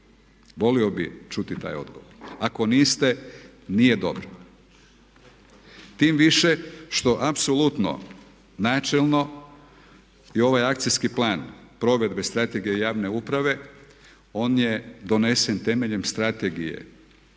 Volio bih čuti taj odgovor. Ako niste nije dobro. Tim više što apsolutno, načelno i ovaj Akcijski plan provedbe Strategije javne uprave on je donesen temeljem Strategije